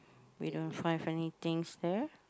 wait ah find funny things there